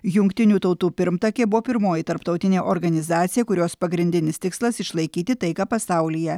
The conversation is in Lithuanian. jungtinių tautų pirmtakė buvo pirmoji tarptautinė organizacija kurios pagrindinis tikslas išlaikyti taiką pasaulyje